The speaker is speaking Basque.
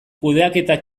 kudeaketa